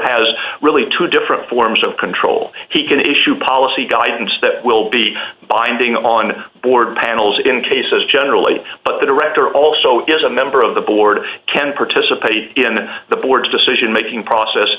has really two different forms of control he can issue policy guidelines that will be binding on board panels in cases generally but the director also is a member of the board can participate in the board's decision making process